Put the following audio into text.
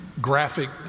graphic